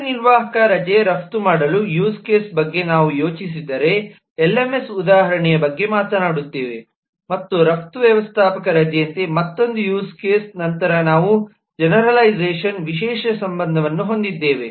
ಕಾರ್ಯನಿರ್ವಾಹಕ ರಜೆ ರಫ್ತು ಮಾಡಲು ಯೂಸ್ ಕೇಸ್ ಬಗ್ಗೆ ನಾವು ಯೋಚಿಸಿದರೆ ಎಲ್ಎಂಎಸ್ ಉದಾಹರಣೆಯ ಬಗ್ಗೆ ಮಾತನಾಡುತ್ತೇವೆ ಮತ್ತು ರಫ್ತು ವ್ಯವಸ್ಥಾಪಕ ರಜೆಯಂತೆ ಮತ್ತೊಂದು ಯೂಸ್ ಕೇಸ್ ನಂತರ ನಾವು ಮತ್ತೆ ಜೆನೆರಲೈಝಷನ್ ವಿಶೇಷ ಸಂಬಂಧವನ್ನು ಹೊಂದಿದ್ದೇವೆ